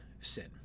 sin